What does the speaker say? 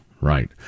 right